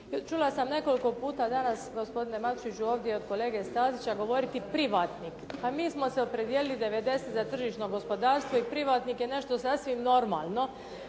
Čula sam nekoliko puta danas gospodine Matušiću ovdje od kolege Stazića, govoriti privatnik. Pa mi smo se opredijelili '90. za tržišno gospodarstvo i privatnik je nešto sasvim normalno